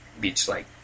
beach-like